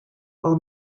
all